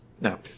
No